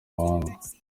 mahanga